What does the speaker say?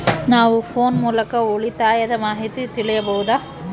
ನಾವು ಫೋನ್ ಮೂಲಕ ಉಳಿತಾಯದ ಮಾಹಿತಿ ತಿಳಿಯಬಹುದಾ?